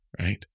right